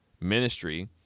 ministry